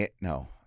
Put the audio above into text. No